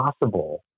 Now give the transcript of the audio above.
possible